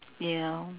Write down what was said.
ya